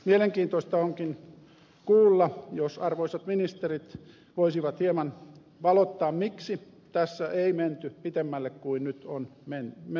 mielenkiintoista onkin kuulla jos arvoisat ministerit voisivat hieman valottaa miksi tässä ei menty pitemmälle kuin nyt on menty ja päästy